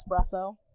espresso